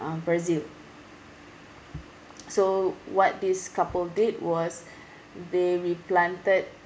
um brazil so what this couple did was they replanted